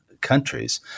countries